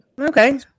Okay